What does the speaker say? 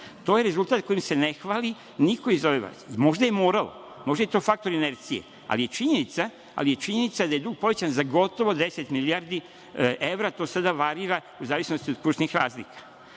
To je rezultat kojim se ne hvali niko iz ove vlasti. Možda je moralo, možda je to faktor inercije, ali je činjenica da je dug povećan za gotovo 10 milijardi evra, to sada varira u zavisnosti od kursnih razlika. Rečeno